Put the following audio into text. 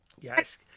Yes